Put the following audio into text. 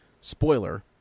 spoiler